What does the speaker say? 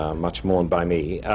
much mourned by me,